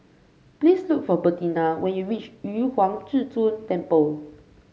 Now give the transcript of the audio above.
please look for Bertina when you reach Yu Huang Zhi Zun Temple